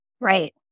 Right